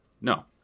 No